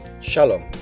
Shalom